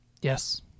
yes